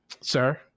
sir